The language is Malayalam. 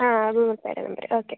ആ അതും ഉപ്പയുടെ നമ്പറാണ് ഓക്കെ